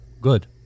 good